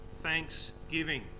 thanksgiving